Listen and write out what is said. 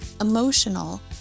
emotional